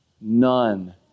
None